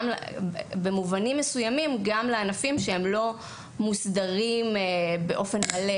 ובמובנים מסוימים גם לענפים שלא מוסדרים באופן מלא.